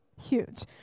Huge